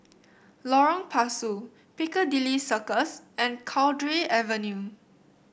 Lorong Pasu Piccadilly Circus and Cowdray Avenue